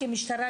כמשטרה,